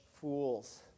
fools